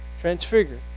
transfigure